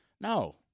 No